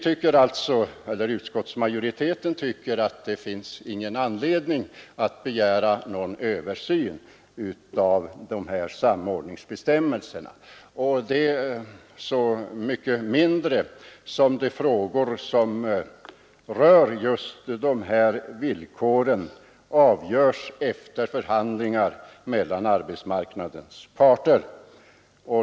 Utskottsmajoriteten tycker alltså att det inte finns anledning att begära någon översyn av samordningsbestämmelserna, detta så mycket mindre som de frågor som rör just dessa villkor avgörs efter förhandlingar mellan arbetsmarknadens parter.